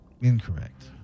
Incorrect